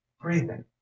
breathing